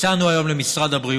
הצענו היום למשרד הבריאות,